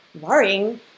worrying